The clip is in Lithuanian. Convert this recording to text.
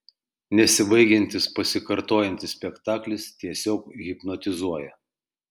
nesibaigiantis pasikartojantis spektaklis tiesiog hipnotizuoja